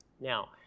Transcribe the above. Now